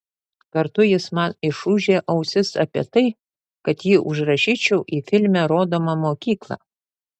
kartu jis man išūžė ausis apie tai kad jį užrašyčiau į filme rodomą mokyklą